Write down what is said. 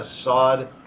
Assad